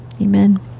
amen